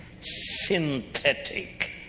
synthetic